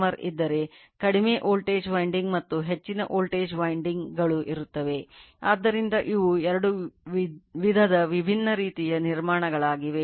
ಮುಂದೆ transformer ಆಗಿದೆ